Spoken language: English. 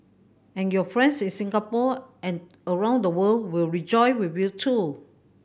and your friends in Singapore and around the world will rejoice with you too